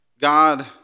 God